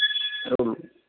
അത്രയെയുള്ളൂ